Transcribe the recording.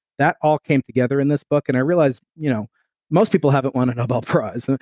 that all came together in this book. and i realized, you know most people haven't won a nobel prize.